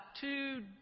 two